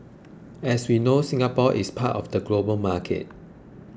as we know Singapore is part of the global market